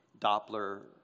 Doppler